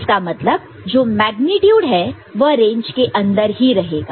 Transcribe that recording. इसका मतलब जो मेग्नीट्यूड है वह रेंज केअंदर ही रहेगा